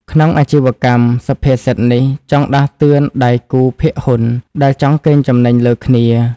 ក្នុងអាជីវកម្ម សុភាសិតនេះចង់ដាស់តឿនដៃគូភាគហ៊ុនដែលចង់កេងចំណេញលើគ្នា។